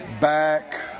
back